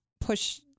push